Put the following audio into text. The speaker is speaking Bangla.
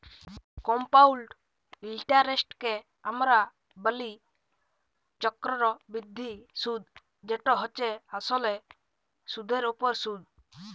কমপাউল্ড ইলটারেস্টকে আমরা ব্যলি চক্করবৃদ্ধি সুদ যেট হছে আসলে সুদের উপর সুদ